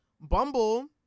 Bumble